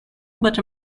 but